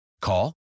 Call